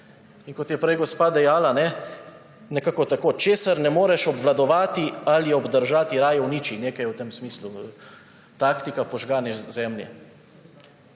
In kot je prej gospa dejala nekako tako: česar ne moreš obvladovati ali obdržati, raje uniči. Nekaj v tem smislu, taktika požgane zemlje.